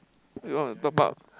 you don't want to top up